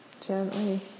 Gently